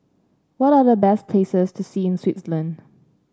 what are the best places to see in Switzerland